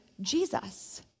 Jesus